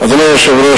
היושב-ראש,